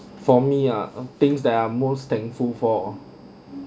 for me ah things that I'm most thankful for